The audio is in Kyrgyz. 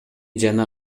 жана